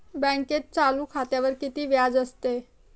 बँकेत चालू खात्यावर किती व्याज असते?